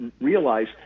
realize